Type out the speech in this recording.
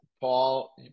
Paul